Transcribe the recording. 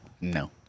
No